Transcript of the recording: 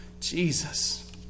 Jesus